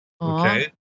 Okay